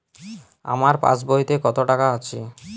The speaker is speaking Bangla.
আমার পাসবইতে কত টাকা আছে?